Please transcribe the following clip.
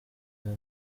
hano